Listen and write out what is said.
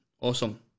Awesome